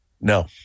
No